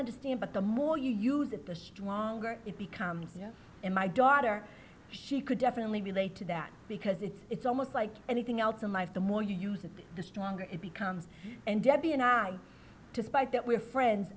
understand but the more you use it the stronger it becomes you know in my daughter she could definitely relate to that because it's it's almost like anything else in life the more you use it the the stronger it becomes and debbie and i despite that we're friends